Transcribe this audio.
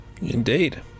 indeed